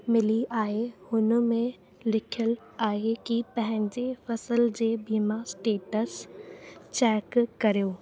मिली आहे हुनमें लिखियलु आहे की पंहिंजे फसल जी बीमा स्टेट्स चैक करियो